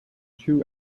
two